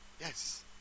Yes